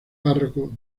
párroco